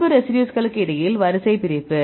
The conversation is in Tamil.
தொடர்பு ரெசிடியூஸ்களுக்கு இடையில் வரிசை பிரிப்பு